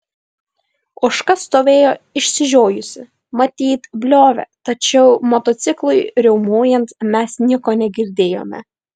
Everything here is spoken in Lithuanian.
ožka stovėjo išsižiojusi matyt bliovė tačiau motociklui riaumojant mes nieko negirdėjome